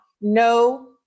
no